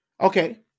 okay